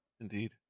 Indeed